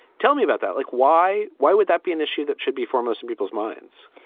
tell me about that. like why? why would that be an issue that should be foremost in people's minds?